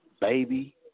Baby